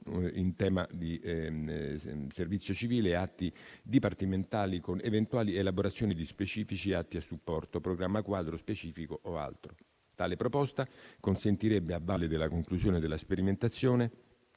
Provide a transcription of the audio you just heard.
in tema di servizio civile di atti dipartimentali, con eventuali elaborazioni di specifici atti a supporto, programma quadro specifico o altro. Tale proposta consentirebbe, a valle della conclusione della sperimentazione,